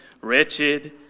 wretched